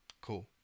Cool